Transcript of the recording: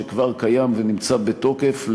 שכבר קיים ונמצא בתוקף,